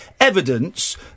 evidence